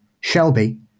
Shelby